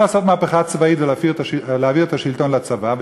לעשות מהפכה צבאית ולהעביר את השלטון לצבא,